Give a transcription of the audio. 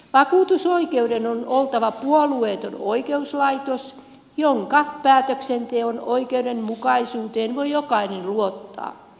vakuutusoikeuden on oltava puolueeton oikeuslaitos jonka päätöksenteon oikeudenmukaisuuteen voi jokainen luottaa